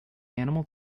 animal